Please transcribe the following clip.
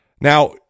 Now